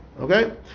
Okay